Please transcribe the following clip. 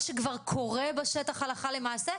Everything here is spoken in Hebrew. מה שכבר קורה בשטח הלכה למעשה,